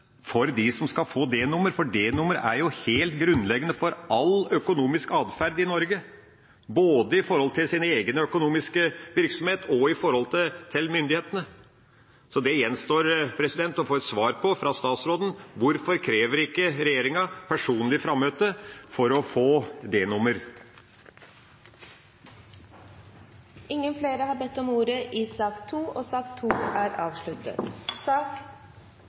for dem som skal få D-nummer, for D-nummer er helt grunnleggende for all økonomisk adferd i Norge, både i forhold til sin egen økonomiske virksomhet og i forhold til myndighetene, så det gjenstår å få et svar fra statsråden på: Hvorfor krever ikke regjeringa personlig frammøte for å få D-nummer? Flere har ikke bedt om ordet til sak nr. 2. Etter ønske fra kontroll- og